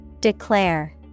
Declare